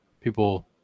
People